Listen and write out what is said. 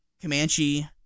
Comanche